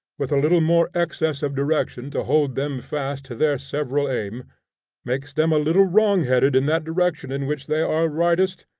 with a little more excess of direction to hold them fast to their several aim makes them a little wrongheaded in that direction in which they are rightest,